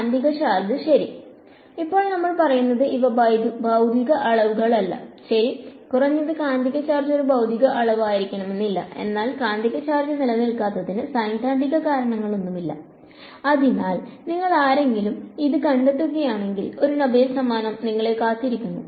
കാന്തിക ചാർജ് ശരി ഇപ്പോൾ നമ്മൾ പറയുന്നത് ഇവ ഭൌതിക അളവുകളല്ല ശരി കുറഞ്ഞത് കാന്തിക ചാർജ് ഒരു ഭൌതിക അളവ് ആയിരിക്കണമെന്നില്ല എന്നാൽ കാന്തിക ചാർജ് നിലനിൽക്കാത്തതിന് സൈദ്ധാന്തിക കാരണങ്ങളൊന്നുമില്ല അതിനാൽ നിങ്ങളിൽ ആരെങ്കിലും അത് കണ്ടെത്തുകയാണെങ്കിൽ ഒരു നൊബേൽ സമ്മാനം നിങ്ങളെ കാത്തിരിക്കുന്നു